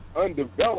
undeveloped